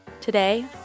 Today